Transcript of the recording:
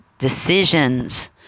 decisions